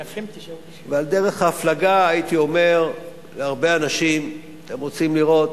על דרך ההפלגה הייתי אומר להרבה אנשים: אתם רוצים לראות